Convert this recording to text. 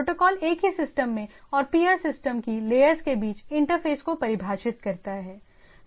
protocol एक ही system में और पीयर सिस्टम की लेयर्स के बीच इंटरफेस को परिभाषित करता है